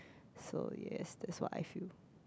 so yes that's what I feel